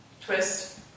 twist